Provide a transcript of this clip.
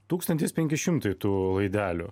tūkstantis penki šimtai tų laidelių